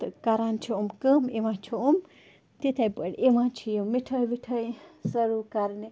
تہٕ کران چھِ یِم کٲم یِوان چھِ یِم تِتھَے پٲٹھۍ یِوان چھِ یِم مِٹھٲے وِٹھٲے سٔرٕو کرنہٕ